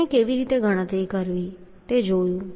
તેની કેવી રીતે ગણતરી કરવી તે જોયું